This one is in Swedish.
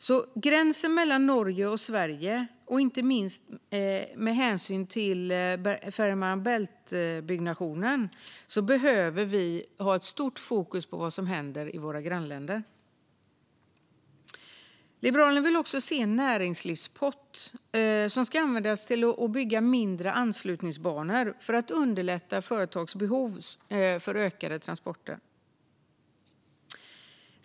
Med tanke på denna gräns, och inte minst med hänsyn till Fehmarn Bält-byggnationen, behöver vi ha stort fokus på vad som händer i våra grannländer. Liberalerna vill se en näringslivspott, som ska användas till mindre anslutningsbanor för att underlätta företags behov av ökade transporter.